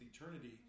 eternity